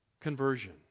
Conversion